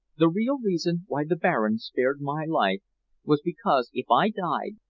the real reason why the baron spared my life was because, if i died,